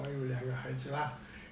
我有两个孩子啦